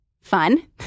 fun